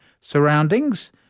surroundings